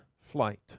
flight